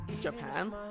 Japan